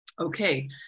okay